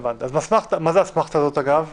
מה זו האסמכתה הזו, אגב?